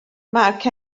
mark